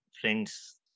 friends